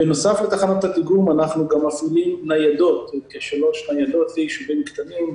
בנוסף לתחנות הדיגום אנחנו גם מפעילים שלוש ניידות בישובים קטנים,